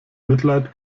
mitleid